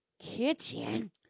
kitchen